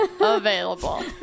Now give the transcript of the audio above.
available